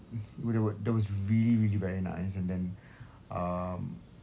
mm where they were that was really really very nice and then um